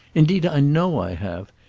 indeed i know i have.